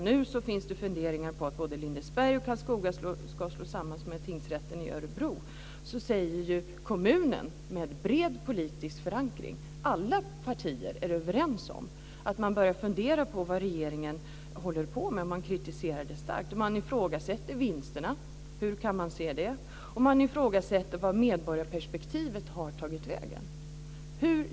Nu finns det funderingar på att tingsrätterna i både Lindesberg och Karlskoga ska slås samman med tingsrätten i Örebro. Det finns en bred politisk förankring i kommunen där alla partier är överens om att det är dags att börja fundera på vad regeringen håller på med. Man kritiserar det starkt och ifrågasätter vinsterna. Hur kan man se det? Man undrar också var medborgarperspektivet har tagit vägen.